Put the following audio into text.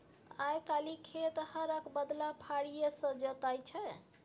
आइ काल्हि खेत हरक बदला फारीए सँ जोताइ छै